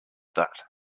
that